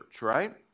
right